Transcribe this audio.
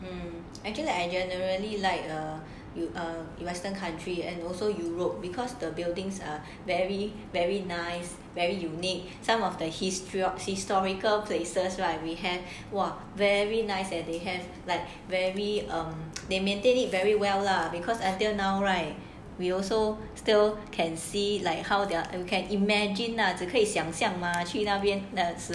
um actually like I generally like err you err a western country and also europe because the buildings are very very nice very unique some of the history of historical places right we have !wah! very nice eh they have like very they maintain it very well lah because until now right we also still can see like how their that we can imagine lah 只可以想象 mah 去那边的